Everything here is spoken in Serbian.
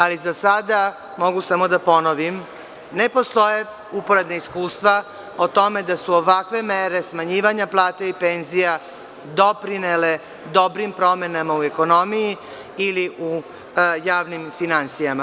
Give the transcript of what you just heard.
Ali, za sada, mogu samo da ponovim – ne postoje uporedna iskustva o tome da su ovakve mere smanjivanja plata i penzija doprinele dobrim promenama u ekonomiji ili u javnim finansijama.